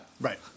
Right